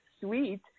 sweet